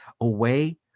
away